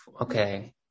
okay